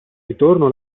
ritorno